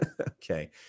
okay